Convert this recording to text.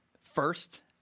first